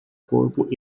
corpo